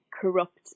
corrupt